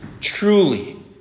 truly